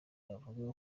bavuge